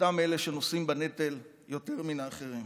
אותם אלה שנושאים בנטל יותר מהאחרים.